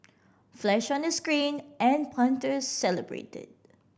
flash on the screen and the punter celebrated